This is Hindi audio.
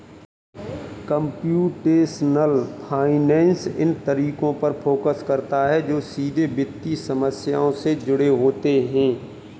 कंप्यूटेशनल फाइनेंस इन तरीकों पर फोकस करता है जो सीधे वित्तीय समस्याओं से जुड़े होते हैं